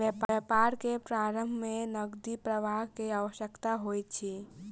व्यापार के प्रारम्भ में नकदी प्रवाह के आवश्यकता होइत अछि